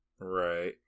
Right